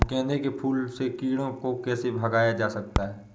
गेंदे के फूल से कीड़ों को कैसे भगाया जा सकता है?